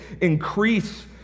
increase